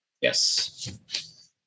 Yes